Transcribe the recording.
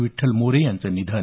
विठ्ठल मोरे यांचं निधन